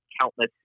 countless